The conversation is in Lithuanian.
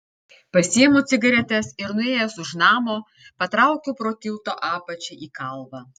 pasiimu cigaretes ir nuėjęs už namo patraukiu pro tilto apačią į kalvą